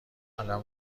قلم